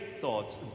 thoughts